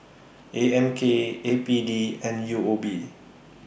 A M K A P D and U O B